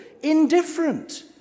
indifferent